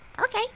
okay